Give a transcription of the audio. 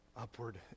Upward